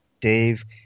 Dave